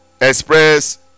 express